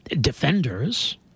defenders